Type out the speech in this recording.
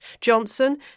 Johnson